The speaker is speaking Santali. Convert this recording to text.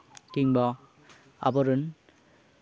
ᱠᱤᱢᱵᱟ ᱟᱵᱚ ᱨᱮᱱ